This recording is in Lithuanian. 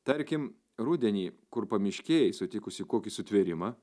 tarkim rudenį kur pamiškėj sutikusi kokį sutvėrimą